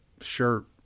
shirt